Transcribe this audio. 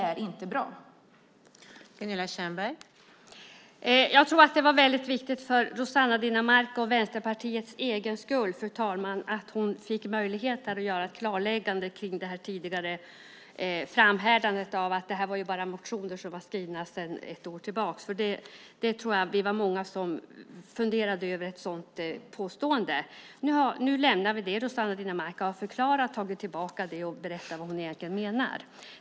Fru talman! Jag tror att det var väldigt viktigt för Rossana Dinamarcas, och Vänsterpartiets, egen skull att hon fick möjlighet att göra ett klarläggande av det tidigare framhärdandet att det här bara gällde motioner som var skrivna sedan ett år tillbaka. Vi var nog många som funderade över det påståendet. Nu lämnar vi det. Rossana Dinamarca har förklarat, tagit tillbaka och berättat vad hon egentligen menade.